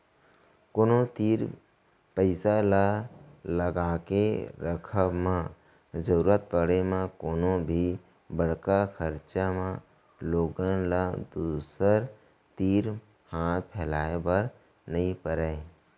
कोनो तीर पइसा ल लगाके रखब म जरुरत पड़े म कोनो भी बड़का खरचा म लोगन ल दूसर तीर हाथ फैलाए बर नइ परय